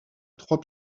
trois